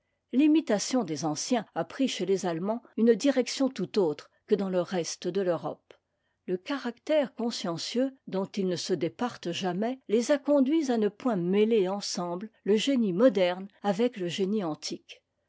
tomber l'imitation des anciens a pris chez lesallemands une direction tout autre que dans le reste de l'europe le caractère consciencieux dont ils ne se départent jamais les a conduits à ne point mêler ensemble le génie moderne avec le génie antique